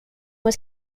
was